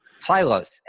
Silos